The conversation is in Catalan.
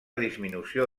disminució